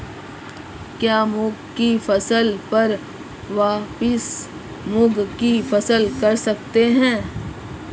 क्या मूंग की फसल पर वापिस मूंग की फसल कर सकते हैं?